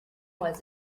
was